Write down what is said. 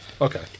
Okay